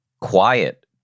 quiet